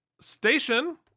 station